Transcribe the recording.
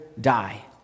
die